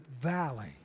valley